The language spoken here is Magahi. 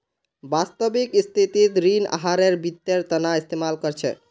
वास्तविक स्थितित ऋण आहारेर वित्तेर तना इस्तेमाल कर छेक